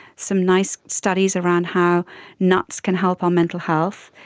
some nice studies around how nuts can help our mental health.